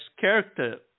character